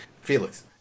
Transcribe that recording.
Felix